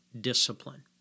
discipline